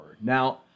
Now